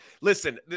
listen